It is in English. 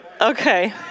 Okay